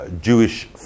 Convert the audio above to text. Jewish